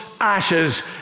ashes